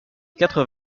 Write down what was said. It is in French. quatre